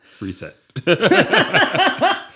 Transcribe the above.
Reset